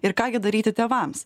ir ką gi daryti tėvams